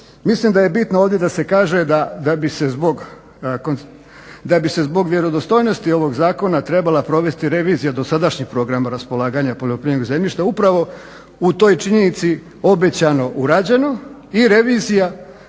Mislim da je bitno ovdje da se kaže da bi se zbog vjerodostojnosti ovog zakona trebala provesti revizija dosadašnjih programa raspolaganja poljoprivrednog zemljišta upravo u toj činjenici obećano u Rađanu i revizija